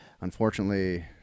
Unfortunately